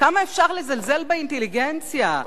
כמה אפשר לזלזל באינטליגנציה?